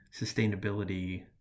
sustainability